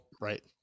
Right